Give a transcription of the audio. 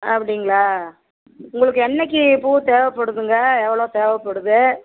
அப்படிங்களா உங்களுக்கு என்றைக்கி பூ தேவைப்படுத்துங்க எவ்வளோ தேவைப்படுது